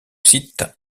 sites